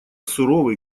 суровый